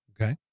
Okay